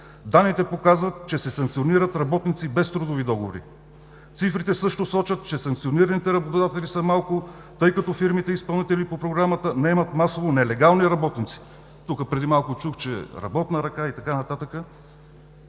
Данните показват, че се санкционират работници без трудови договори. Цифрите също сочат, че санкционираните работодатели са малко, тъй като фирмите- изпълнители по програмата наемат масово нелегални работници. Тук преди малко чух, че работна ръка и така нататък